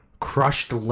Crushed